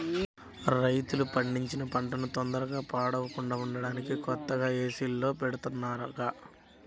రైతు పండించిన పంటన తొందరగా పాడవకుండా ఉంటానికి కొత్తగా ఏసీల్లో బెడతన్నారుగా